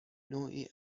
نوعی